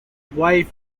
wife